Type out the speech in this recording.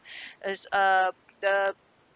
is uh the